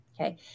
Okay